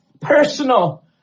personal